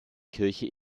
kirche